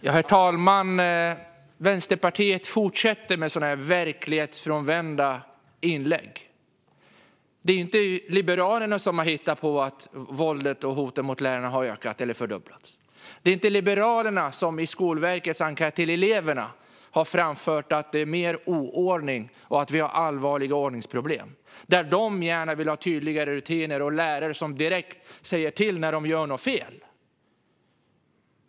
Herr talman! Vänsterpartiet fortsätter med sådana här verklighetsfrånvända inlägg. Det är inte Liberalerna som har hittat på att våldet och hoten mot lärarna har ökat eller fördubblats. Det är inte Liberalerna som i Skolverkets enkät till eleverna har framfört att det är mer oordning, att det är allvarliga ordningsproblem och att de gärna vill ha tydligare rutiner och lärare som direkt säger till när de gör något fel.